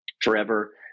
forever